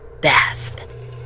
Beth